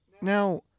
Now